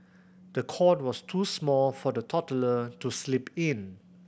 the cot was too small for the toddler to sleep in